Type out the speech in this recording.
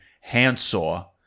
handsaw